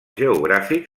geogràfic